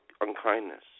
unkindness